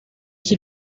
qui